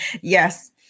Yes